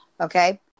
Okay